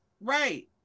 Right